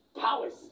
powers